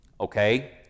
Okay